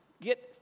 get